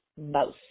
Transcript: Mouse